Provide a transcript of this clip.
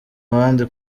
abandi